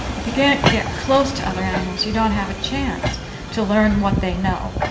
if you can't get close to other animals you don't have a chance to learn what they know.